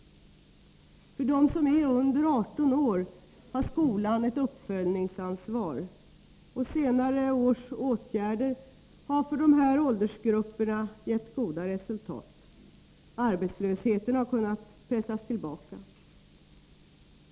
För dem som är under 18 år har skolan uppföljningsansvar, och senare års åtgärder har för dessa åldersgrupper givit goda resultat. Arbetslösheten har kunnat pressas tillbaka.